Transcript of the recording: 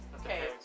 Okay